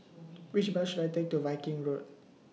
Which Bus should I Take to Viking Road